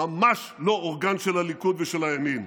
ממש לא אורגן של הליכוד ושל הימין.